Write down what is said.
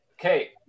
Okay